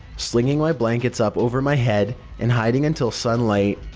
slinging my blankets up over my head and hiding until sunlight.